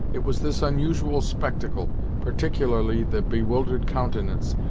it was this unusual spectacle, particularly the bewildered countenance,